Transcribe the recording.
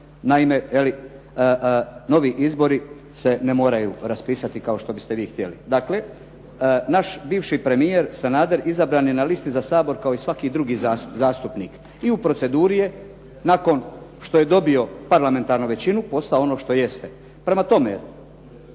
naime novi izbori se ne moraju raspisati kao što biste vi htjeli. Dakle, naš bivši premijer Sanader izabran je na listi za Sabor kao i svaki drugi zastupnik i u proceduri je nakon što je dobio parlamentarnu većinu, postao ono što jeste. Prema tome,